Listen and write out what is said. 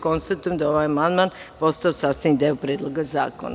Konstatujem da je ovaj amandman postao sastavni deo Predloga zakona.